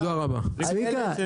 צביקה,